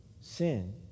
sin